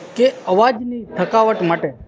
કે અવાજની થકાવટ માટે